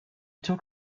took